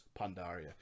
Pandaria